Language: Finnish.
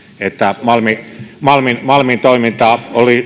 että malmin malmin toimintaa